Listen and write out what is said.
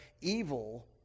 Evil